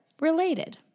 related